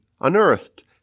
unearthed